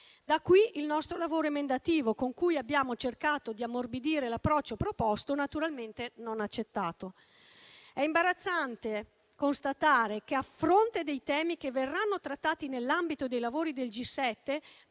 Da qui il nostro lavoro emendativo, con cui abbiamo cercato di ammorbidire l'approccio proposto, naturalmente non accettato. È imbarazzante constatare che, a fronte dei temi che verranno trattati nell'ambito dei lavori del G7,